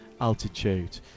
altitude